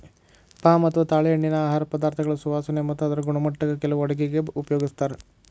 palm ಅಥವಾ ತಾಳೆಎಣ್ಣಿನಾ ಆಹಾರ ಪದಾರ್ಥಗಳ ಸುವಾಸನೆ ಮತ್ತ ಅದರ ಗುಣಮಟ್ಟಕ್ಕ ಕೆಲವು ಅಡುಗೆಗ ಉಪಯೋಗಿಸ್ತಾರ